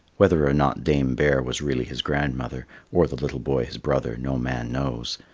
whether or not dame bear was really his grandmother or the little boy his brother, no man knows.